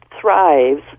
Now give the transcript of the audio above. thrives